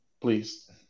please